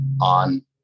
on